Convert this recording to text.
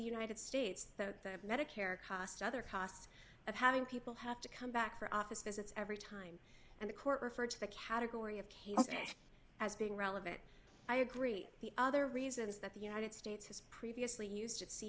united states the medicare costs other costs of having people have to come back for office visits every time and the court referred to the category of chaos as being relevant i agree the other reasons that the united states has previously used it see